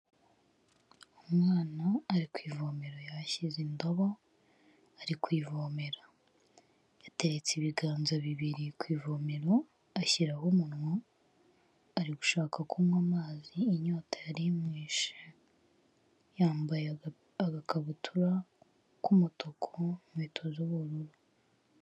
Umwana ari ku ivomero yahashyize indobo ari kuyivomera yateretse ibiganza bibiri ku ivomero ashyiraho umunwa, ari gushaka kunywa amazi inyota yarimwishe yambaye agakabutura k'umutuku, inkweto z'ubururu.